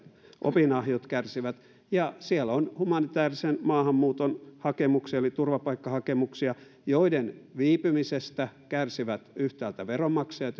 opinahjot kärsivät ja siellä on humanitäärisen maahanmuuton hakemuksia eli turvapaikkahakemuksia joiden viipymisestä kärsivät yhtäältä veronmaksajat